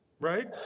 Right